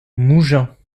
mougins